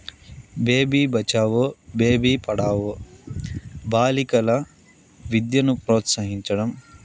baby Bachao Beti Padhao బాలికల విద్యను ప్రోత్సహించడం